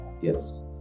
Yes